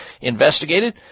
investigated